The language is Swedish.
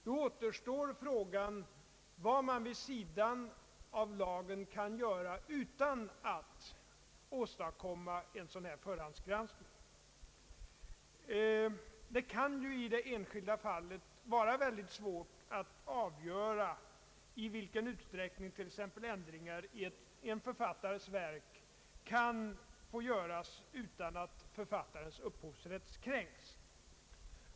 Då återstår frågan vad man vid sidan av lagen kan göra utan att åstadkomma en sådan här förhandsgranskning. Det kan ju i det enskilda fallet vara mycket svårt att avgöra, i vilken utsträckning t.ex. ändringar i en författares verk kan få göras utan att författarens upphovsrätt kränks.